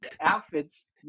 outfits